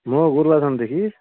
म गोरुबथानदेखि